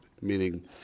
meaning